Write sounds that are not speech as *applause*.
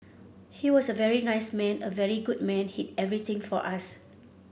he was a very nice man a very good man he *unintelligible* everything for us